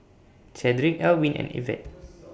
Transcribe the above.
Chadrick Elwyn and Ivette